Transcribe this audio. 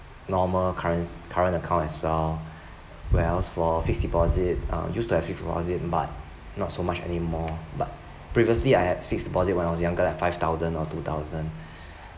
normal currents current account as well whereas for fixed deposit uh used to have fixed deposit but not so much anymore but previously I had fixed deposit when I was younger like five thousand or two thousand